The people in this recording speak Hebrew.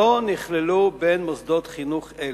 לא נכללו בין מוסדות חינוך אלה,